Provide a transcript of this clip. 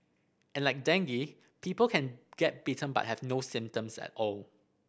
and like dengue people can get bitten but have no symptoms at all